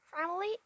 family